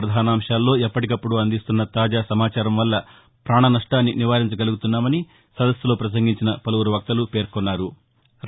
ప్రధానాంశాలలో ఎప్పటికప్పుడు అందిస్తున్న తాజా సమాచారం వల్ల పాణసప్టాన్ని నివారించ గలిగామని సదస్సులో పసంగించిన పలువురు వక్తలు పేర్కొన్నారు